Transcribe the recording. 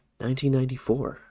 1994